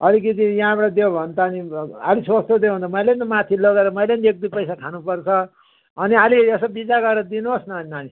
अलिकति यहाँबाट दियो भने त अनि अलिक सस्तो दियो भने त मैले पनि माथि लगेर मैले पनि एक दुई पैसा खानुपर्छ अनि अलिक यसो विचार गरेर दिनुहोस् न अनि नानी